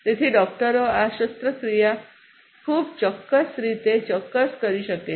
તેથી ડોકટરો આ શસ્ત્રક્રિયા ખૂબ ચોક્કસ રીતે ચોક્કસ કરી શકે છે